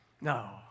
no